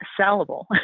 sellable